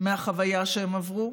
מהחוויה שהם עברו.